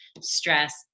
stress